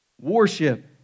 worship